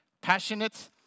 passionate